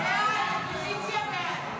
45 בעד, 53 נגד.